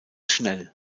schnell